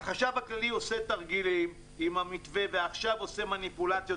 החשב הכללי עושה תרגילים עם המתווה ועכשיו עושה מניפולציות